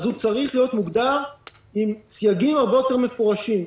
אז הוא צריך להיות מוגדר עם סייגים הרבה יותר מפורשים,